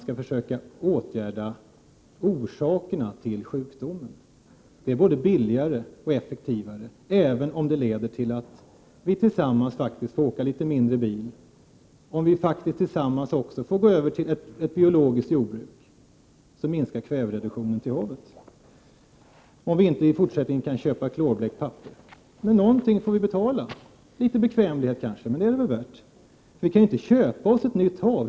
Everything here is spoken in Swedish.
Att åtgärda orsakerna till sjukdom är både billigare och effektivare, även om det leder till att vi tillsammans faktiskt får åka litet mindre bil, om vi tillsammans också får gå över till ett biologiskt jordbruk som minskar kvävetillförseln till havet, om vi inte i fortsättningen kan köpa klorblekt papper. Någonting får vi betala, litet bekvämlighet kanske. Men det är det väl värt.